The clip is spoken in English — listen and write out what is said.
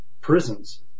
prisons